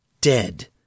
dead